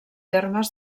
termes